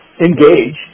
engage